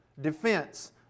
defense